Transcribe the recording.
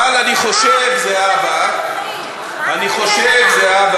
אבל אני חושב, זהבה, זה רב